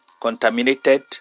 contaminated